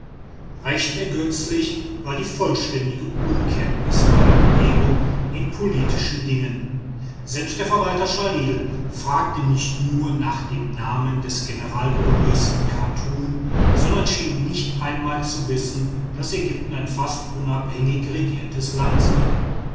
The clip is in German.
recht ergötzlich war die vollständige unkenntnis meiner umgebung in politischen dingen selbst der verwalter chalil fragte nicht nur nach dem namen des generalgouverneurs in chartum sondern schien nicht einmal zu wissen daß ägypten ein fast unabhängig regiertes land sei